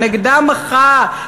שנגדה מחה,